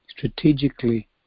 Strategically